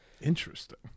Interesting